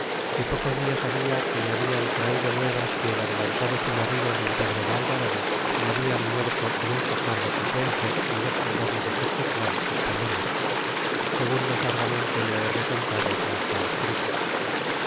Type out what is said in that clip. que pocos dias habla que le hablan traido nuevas que el adelantado su marido don pedro de alvarado le habian muerto en un socorro que fue hacer en los soldados de cochitlan espa ñ oles segun mas largamente lo he recontado y está escrito